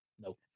no